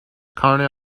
corner